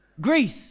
Greece